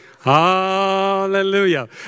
Hallelujah